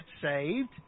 saved